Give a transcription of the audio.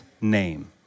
name